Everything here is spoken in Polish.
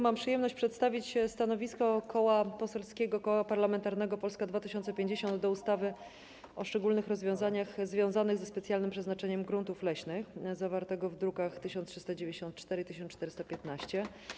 Mam przyjemność przedstawić stanowisko Koła Parlamentarnego Polska 2050 dotyczące projektu ustawy o szczególnych rozwiązaniach związanych ze specjalnym przeznaczeniem gruntów leśnych, zawartego w drukach nr 1394 i 1415.